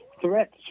threats